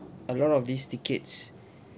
a lot of these tickets